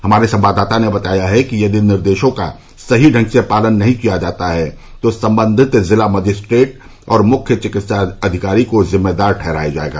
हमारे संवाददाता ने बताया है कि यदि निर्देशों का सही ढंग से पालन नहीं किया जाता है तो संबंधित जिला मजिस्ट्रेट और मुख्य चिकित्सा अधिकारी को जिम्मेदार ठहराया जाएगा